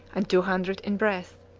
and two hundred in breadth.